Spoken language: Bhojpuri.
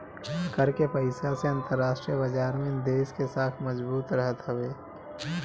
कर के पईसा से अंतरराष्ट्रीय बाजार में देस के साख मजबूत रहत हवे